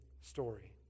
story